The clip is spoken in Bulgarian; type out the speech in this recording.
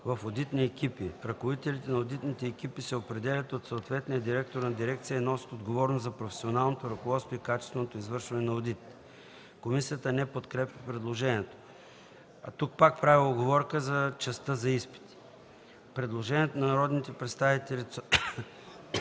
в одитни екипи. Ръководителите на одитните екипи се определят от съответния директор на дирекция и носят отговорност за професионалното ръководство и качественото извършване на одитите”. Комисията не подкрепя предложението. Тук пак правя уговорка за частта за изпити. Предложението на народните представители